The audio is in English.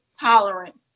tolerance